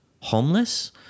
homeless